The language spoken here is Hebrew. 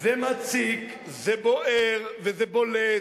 זה מציק, זה בוער, וזה בולט.